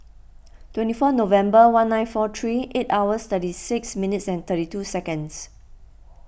twenty four November one nine four three eight hours thirty six minutes and thirty two seconds